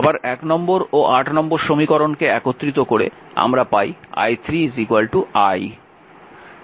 আবার নম্বর ও নম্বর সমীকরণকে একত্রিত করে আমরা পাই i3 i